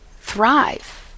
thrive